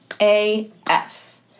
AF